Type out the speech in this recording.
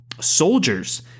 soldiers